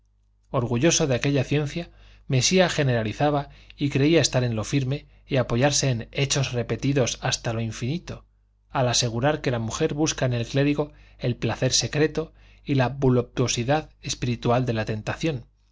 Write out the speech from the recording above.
orgulloso de aquella ciencia mesía generalizaba y creía estar en lo firme y apoyarse en hechos repetidos hasta lo infinito al asegurar que la mujer busca en el clérigo el placer secreto y la voluptuosidad espiritual de la tentación